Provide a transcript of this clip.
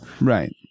Right